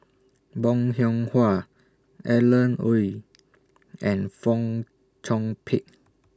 Bong Hiong Hwa Alan Oei and Fong Chong Pik